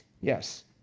Yes